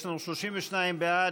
יש לנו 32 בעד,